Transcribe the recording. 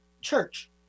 church